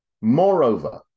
moreover